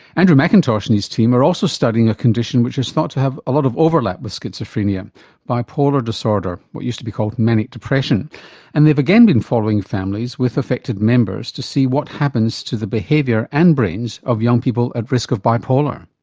andrew mcintosh and his team are also studying a condition which is thought to have a lot of overlap with schizophrenia bipolar disorder, what used to be called manic depression and they've again been following families with affected members to see what happens to the behaviour and brains of young people at risk of bipolar.